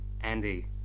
Andy